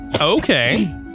Okay